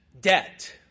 debt